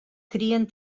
crien